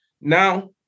Now